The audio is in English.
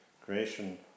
creation